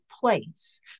place